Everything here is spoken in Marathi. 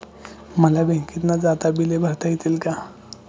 मला बँकेत न जाता बिले भरता येतील का?